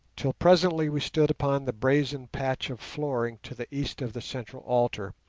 till presently we stood upon the brazen patch of flooring to the east of the central altar,